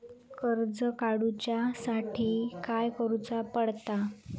कर्ज काडूच्या साठी काय करुचा पडता?